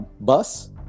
bus